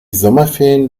sommerferien